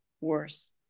worse